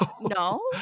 No